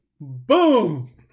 boom